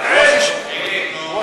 לא.